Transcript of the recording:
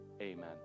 amen